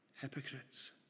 Hypocrites